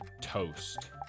toast